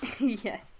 Yes